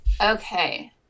Okay